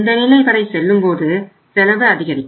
இந்த நிலை வரை செல்லும்போது செலவு அதிகரிக்கும்